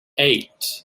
eight